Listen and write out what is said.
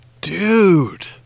Dude